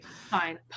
Fine